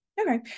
Okay